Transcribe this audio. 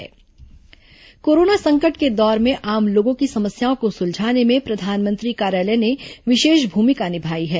PMO शिकायत निवारण corona संकट के दौर में आम लोगों की समस्याओं को सुलझाने में प्रधानमंत्री कार्यालय ने विशेष भूमिका निभाई है